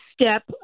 step